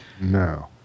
no